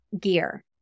gear